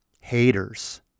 haters